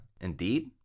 indeed